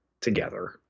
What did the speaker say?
together